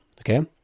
okay